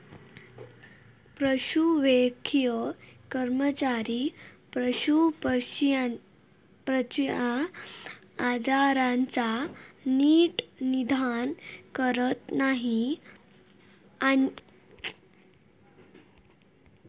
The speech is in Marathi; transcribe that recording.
पशुवैद्यकीय कर्मचारी पशुपक्ष्यांच्या आजाराचा नीट निदान करतत आणि मगे तेंच्यावर औषदउपाय करतत